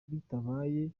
bitabaye